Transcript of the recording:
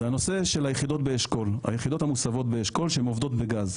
זה הנושא של היחידות המוסבות באשכול שהן עובדות בגז.